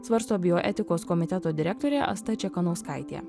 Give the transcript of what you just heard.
svarsto bioetikos komiteto direktorė asta čekanauskaitė